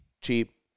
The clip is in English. cheap